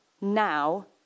now